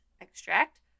extract